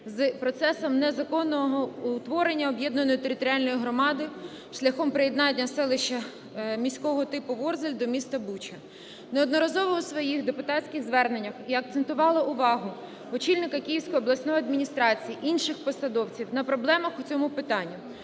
з процесом незаконного утворення об'єднаної територіальної громади шляхом приєднання селища міського типу Ворзель до міста Буча. Неодноразово у своїх депутатських зверненнях я акцентувала увагу очільника Київської обласної адміністрації, інших посадовців на проблемах у цьому питанні.